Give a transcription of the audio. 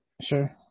sure